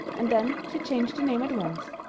and then she changed the name at once.